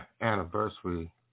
anniversary